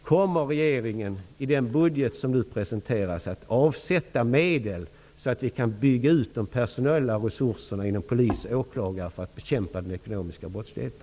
Kommer regeringen, i den budget som nu presenteras, att avsätta medel så att vi kan bygga ut de personella resurserna inom polis och åklagarväsendet för att bekämpa den ekonomiska brottsligheten?